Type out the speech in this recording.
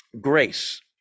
Grace